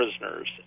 prisoners